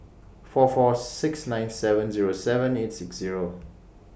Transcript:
four four six nine seven Zero seven eight six Zero